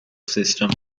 system